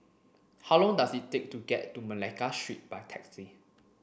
how long does it take to get to Malacca Street by taxi